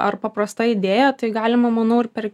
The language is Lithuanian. ar paprasta idėja tai galima manau ir per